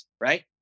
right